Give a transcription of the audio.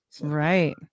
right